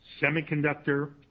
semiconductor